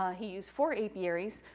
ah he used four apiaries,